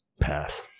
Pass